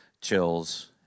chills